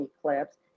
eclipse